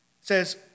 says